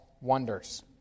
wonders